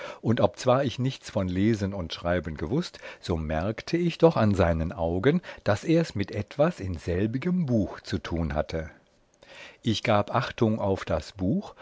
und obzwar ich nichts vom lesen und schreiben gewußt so merkte ich doch an seinen augen daß ers mit etwas in selbigem buch zu tun hatte ich gab achtung auf das buch